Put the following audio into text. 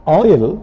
oil